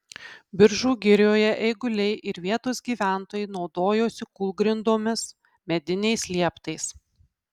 biržų girioje eiguliai ir vietos gyventojai naudojosi kūlgrindomis mediniais lieptais